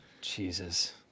jesus